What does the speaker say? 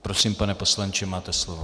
Prosím, pane poslanče, máte slovo.